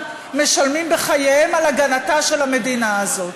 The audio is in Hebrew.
משלמים בחייהם על הגנתה של המדינה הזאת.